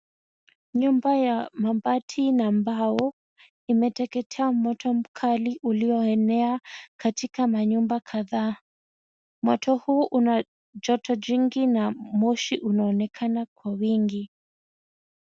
Nyumba ya mabati na mbao imeteketea moto mkali ulioenea katika manyumba kadhaa. Moto huu una joto jingi na moshi unaonekana kwa wingi.